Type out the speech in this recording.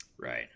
Right